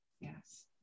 Yes